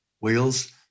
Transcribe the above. wheels